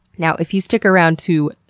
now, if you stick around to,